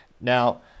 Now